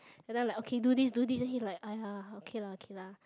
and then like okay do this do this then he like !aiya! okay lah okay lah